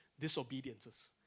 disobediences